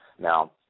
Now